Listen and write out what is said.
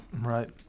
Right